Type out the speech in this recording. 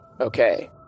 Okay